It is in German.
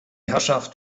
herrschaft